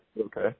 okay